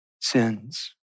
sins